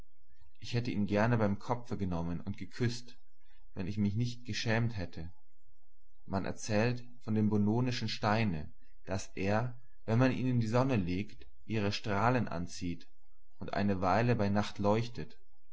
ich hätte ihn gern beim kopfe genommen und geküßt wenn ich mich nicht geschämt hätte man erzählt von dem bononischen steine daß er wenn man ihn in die sonne legt ihre strahlen anzieht und eine weile bei nacht leuchtet